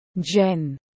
Jen